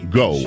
go